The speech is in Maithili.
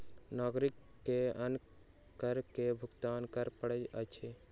नागरिक के अन्य कर के भुगतान कर पड़ैत अछि